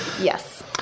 Yes